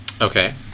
Okay